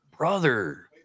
brother